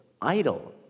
idle